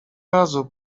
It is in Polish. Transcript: razu